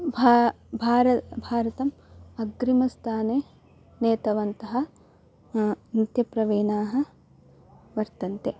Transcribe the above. भा भार भारतम् अग्रिमस्थाने नीतवन्तः नृत्यप्रवीणाः वर्तन्ते